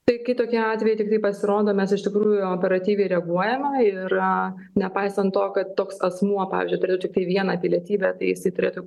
taip kai tokie atvejai tiktai pasirodo mes iš tikrųjų operatyviai reaguojame ir nepaisant to kad toks asmuo pavyzdžiui turi tik vieną pilietybę tai jisai turėtų